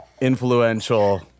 influential